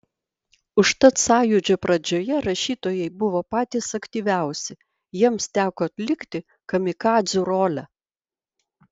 užtat sąjūdžio pradžioje rašytojai buvo patys aktyviausi jiems teko atlikti kamikadzių rolę